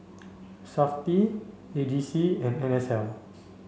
SAFTI A G C and N S L